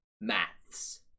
maths